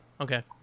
Okay